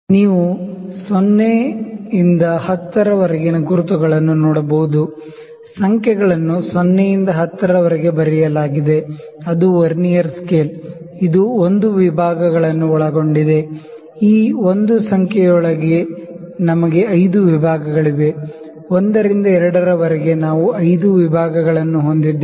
ನೀವು 0 ಇಂದ 10 ರವರೆಗಿನ ಗುರುತುಗಳನ್ನು ನೋಡಬಹುದು ಸಂಖ್ಯೆಗಳನ್ನು 0 ಇಂದ 10 ರವರೆಗೆ ಬರೆಯಲಾಗಿದೆ ಅದು ವರ್ನಿಯರ್ ಸ್ಕೇಲ್ ಇದು 1 ವಿಭಾಗಗಳನ್ನು ಒಳಗೊಂಡಿದೆ ಈ 1 ಸಂಖ್ಯೆಯೊಳಗೆ ನಮಗೆ 5 ವಿಭಾಗಗಳಿವೆ 1 ರಿಂದ 2 ರವರೆಗೆ ನಾವು 5 ವಿಭಾಗಗಳನ್ನು ಹೊಂದಿದ್ದೇವೆ